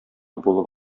булып